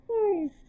Sorry